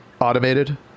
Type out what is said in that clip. automated